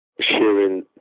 sharing